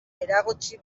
eragotzi